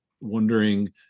wondering